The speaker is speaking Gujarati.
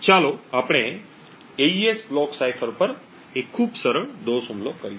ચાલો આપણે એઇએસ બ્લોક સાઇફર પર ખૂબ સરળ દોષ હુમલો કરીએ